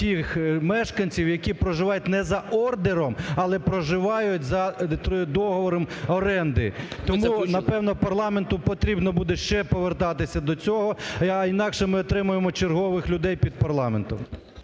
тих мешканців, які проживають не за ордером, але проживають за договором оренди. Тому, напевно, парламенту потрібно буде ще повертатися до цього, а інакше ми отримаємо чергових людей під парламентом.